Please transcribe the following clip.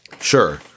Sure